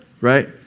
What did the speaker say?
Right